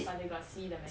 but they got see the menu